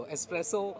Espresso